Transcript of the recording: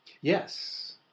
Yes